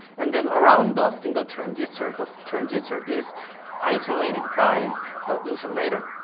and then around the single transistor, the transistor is isolated by the insulator.